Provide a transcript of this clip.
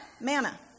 manna